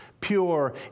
pure